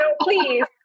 please